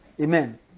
Amen